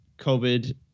COVID